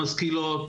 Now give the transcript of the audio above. משכילות,